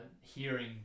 hearing